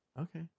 Okay